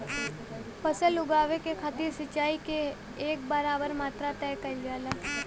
फसल उगावे के खातिर सिचाई क एक बराबर मात्रा तय कइल जाला